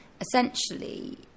Essentially